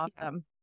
awesome